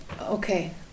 Okay